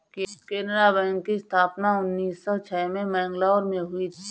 Canara bank की स्थापना उन्नीस सौ छह में मैंगलोर में हुई